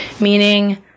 meaning